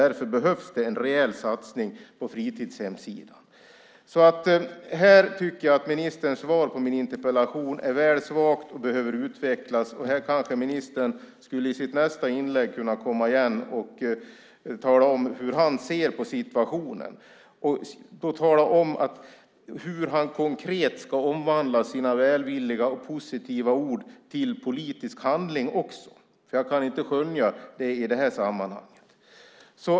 Därför behövs det en rejäl satsning på fritidshemssidan. Här tycker jag att ministerns svar på min interpellation är väl svagt och behöver utvecklas. Ministern skulle kanske i sitt nästa inlägg kunna komma igen och tala om hur han ser på situationen och tala om hur han konkret ska omvandla sina välvilliga och positiva ord till politisk handling. Jag kan nämligen inte skönja det i det här sammanhanget.